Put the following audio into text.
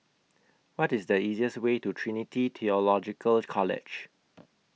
What IS The easiest Way to Trinity Theological College